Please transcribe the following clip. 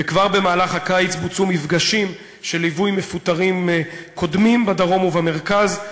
וכבר במהלך הקיץ בוצעו מפגשים של ליווי מפוטרים קודמים בדרום ובמרכז.